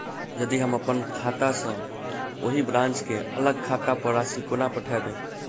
यदि हम अप्पन खाता सँ ओही ब्रांच केँ अलग खाता पर राशि कोना पठेबै?